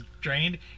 drained